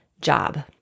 job